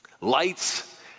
Lights